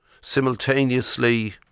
simultaneously